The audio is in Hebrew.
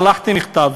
שלחתי מכתב,